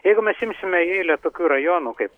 jeigu mes imsime į eilę tokių rajonų kaip